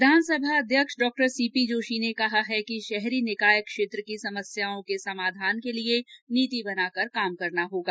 विधानसभा अध्यक्ष Dr C P Joshi कहा है कि शहरी निकाय क्षेत्र की समस्याओं के समाधान के लिये नीति बनाकर काम करना होगा